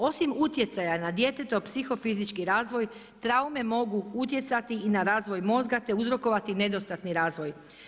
Osim utjecaja na djetetov psiho-fizički razvoj, traume mogu utjecati i na razvoj mozga te uzrokovati nedostatni razvoj.